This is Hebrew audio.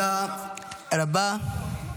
תודה רבה.